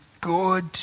good